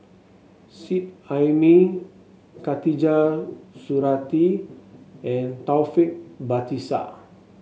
Seet Ai Mee Khatijah Surattee and Taufik Batisah